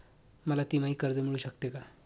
मला तिमाही कर्ज मिळू शकते का?